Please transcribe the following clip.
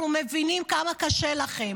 אנחנו מבינים כמה קשה לכן.